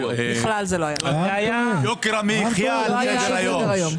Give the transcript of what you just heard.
יוקר המחיה על סדר-היום.